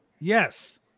Yes